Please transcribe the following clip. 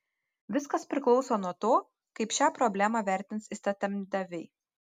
viskas priklauso nuo to kaip šią problemą vertins įstatymdaviai